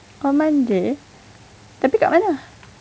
on monday tapi dekat mana